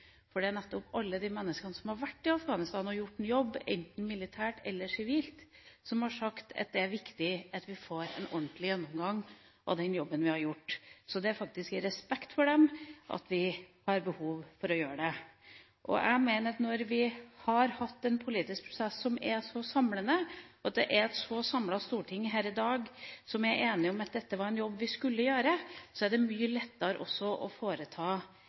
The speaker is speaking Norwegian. Det er nettopp alle de menneskene som har vært i Afghanistan og gjort en jobb, enten militært eller sivilt, som har sagt at det er viktig at man får en ordentlig gjennomgang av den jobben de har gjort. Det er i respekt for dem vi har behov for å gjøre det. Jeg mener at når vi har hatt en politisk prosess som er så samlende, når et så samlet storting her i dag er enig om at dette var en jobb vi skulle gjøre, er det også mye lettere å foreta